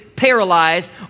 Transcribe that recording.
paralyzed